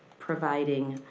providing